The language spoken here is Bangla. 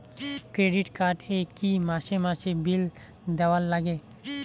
ক্রেডিট কার্ড এ কি মাসে মাসে বিল দেওয়ার লাগে?